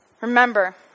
Remember